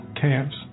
camps